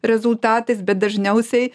rezultatais bet dažniausiai